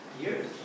Years